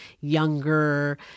younger